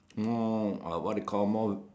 more what you call more